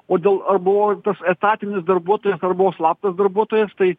o dėl ar buvo tas etatinis darbuotojas ar buvo slaptas darbuotojas tai